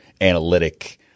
analytic